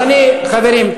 חברים,